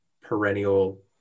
perennial